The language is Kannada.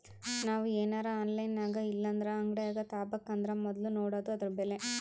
ನಾವು ಏನರ ಆನ್ಲೈನಿನಾಗಇಲ್ಲಂದ್ರ ಅಂಗಡ್ಯಾಗ ತಾಬಕಂದರ ಮೊದ್ಲು ನೋಡಾದು ಅದುರ ಬೆಲೆ